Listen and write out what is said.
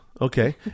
okay